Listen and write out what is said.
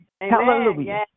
Hallelujah